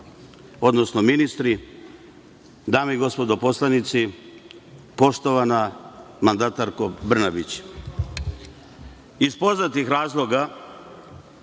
odnosno ministri, dame i gospodo poslanici, poštovana mandatarko Brnabić,